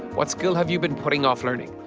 what skill have you been putting off learning.